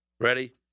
ready